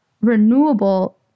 renewable